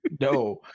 No